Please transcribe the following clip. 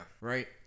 right